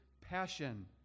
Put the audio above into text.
passion